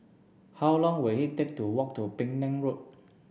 how long will it take to walk to Penang Road